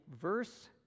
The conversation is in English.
verse